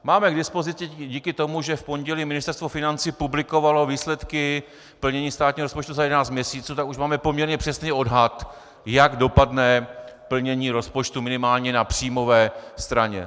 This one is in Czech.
Máme k dispozici díky tomu, že v pondělí Ministerstvo financí publikovalo výsledky plnění státního rozpočtu za jedenáct měsíců, tak už máme poměrně přesný odhad, jak dopadne plnění rozpočtu minimálně na příjmové straně.